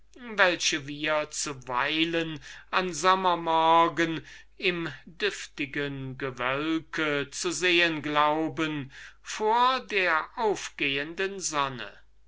welche wir zuweilen an sommer morgen im düftigen gewölke zu sehen glauben vor der aufgehenden sonne